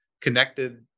connected